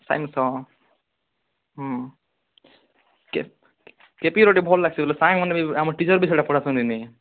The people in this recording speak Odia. ସାଇନ୍ସ ତ ହୁଁ କେ ପି ଗୁଟେ ଭଲ ଆସୁଛି ସାର୍ ମାନେ ବି ଆମ ଟିଚର୍ ବି ସେଟା ପଢ଼ାସନ୍ ନି